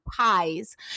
Pies